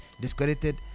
discredited